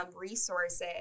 resources